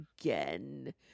again